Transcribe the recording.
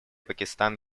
пакистан